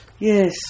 Yes